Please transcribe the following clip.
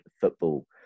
football